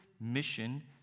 mission